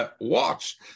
Watch